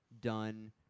done